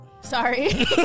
Sorry